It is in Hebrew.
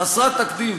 חסרת תקדים,